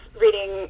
reading